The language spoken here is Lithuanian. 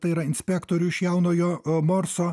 tai yra inspektorių iš jaunojo morso